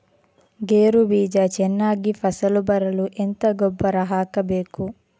ಗೇರು ಬೀಜ ಚೆನ್ನಾಗಿ ಫಸಲು ಬರಲು ಎಂತ ಗೊಬ್ಬರ ಹಾಕಬೇಕು?